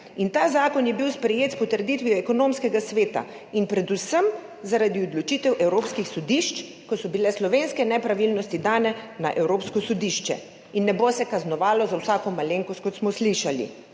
Ta zakon je bil sprejet s potrditvijo ekonomskega sveta in predvsem zaradi odločitev evropskih sodišč, ko so bile slovenske nepravilnosti dane na evropsko sodišče. In ne bo se kaznovalo za vsako malenkost, kot smo slišali,